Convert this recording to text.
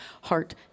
heart